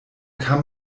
kann